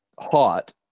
hot